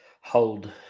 Hold